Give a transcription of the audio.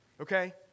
okay